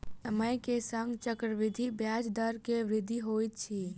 समय के संग चक्रवृद्धि ब्याज दर मे वृद्धि होइत अछि